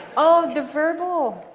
oh, the verbal?